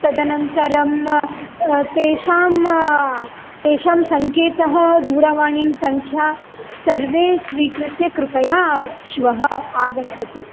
तदनन्तरं तेषां तेषां सङ्केतः दूरवाणीं सङ्ख्यां सर्वे स्वीकृत्य कृपया श्वः आगच्छतु